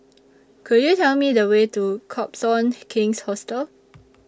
Could YOU Tell Me The Way to Copthorne King's Hotel